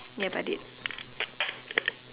ya but it